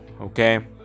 Okay